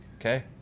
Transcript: Okay